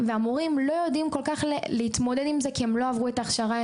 והמורים לא יודעים כל כך להתמודד עם זה כי הם לא עברו את ההכשרה.